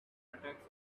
attacks